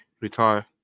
Retire